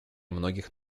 многих